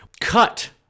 cut